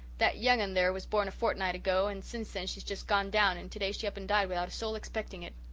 that young un and there was born a fortnight ago and since then she's just gone down and today she up and died, without a soul expecting it.